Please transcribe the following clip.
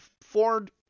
ford